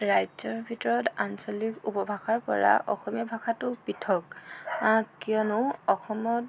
ৰাজ্যৰ ভিতৰত আঞ্চলিক উপভাষাৰপৰা অসমীয়া ভাষাটো পৃথক কিয়নো অসমত